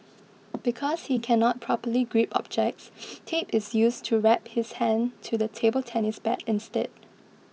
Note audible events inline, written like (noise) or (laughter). because he cannot properly grip objects (noise) tape is used to wrap his hand to the table tennis bat instead